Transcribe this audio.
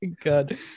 god